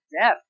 Death